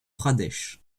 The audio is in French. pradesh